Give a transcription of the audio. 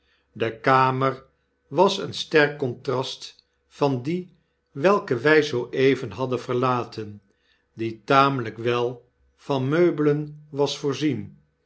de kamer was een sterk contrast van die welke wij zoo even hadden verlaten die tamelijk wel van meubelen was voorzien